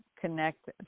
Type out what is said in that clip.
connect